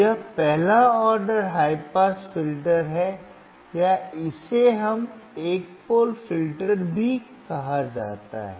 यह पहला order high pass filter है या इसे एक पोल फिल्टर भी कहा जाता है